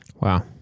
Wow